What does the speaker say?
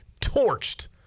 torched